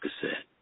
cassette